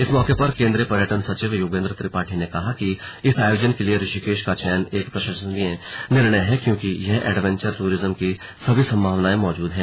इस मौके पर केंद्रीय पर्यटन सचिव योगेंद्र त्रिपाठी ने कहा कि इस आयोजन के लिए ऋषिकेश का चयन एक प्रशंसनीय निर्णय है क्योंकि यहां एडवेंचर टूरिज्म की सभी संभावनाएं मौजूद है